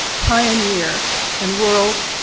pioneer and world